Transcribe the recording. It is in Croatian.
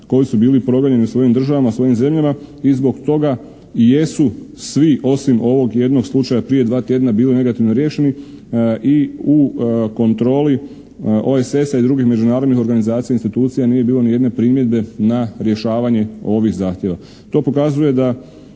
koji su bili proganjani u svojim državama, u svojim zemljama i zbog toga i jesu svi osim ovog jednog slučaja prije dva tjedna bili negativno riješeni i u kontroli OESS-a i drugih međunarodnih organizacija i institucija nije bilo nijedne primjedbe na rješavanje ovih zahtjeva.